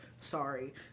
sorry